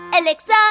Alexa